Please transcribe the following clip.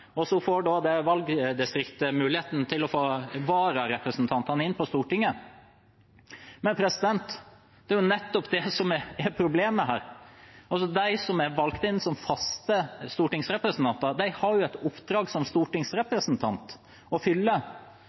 Så får det valgdistriktet mulighet til å få vararepresentanter inn på Stortinget. Men det er jo nettopp det som er problemet her. De som er valgt inn som faste stortingsrepresentanter, har et oppdrag å fylle som